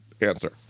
answer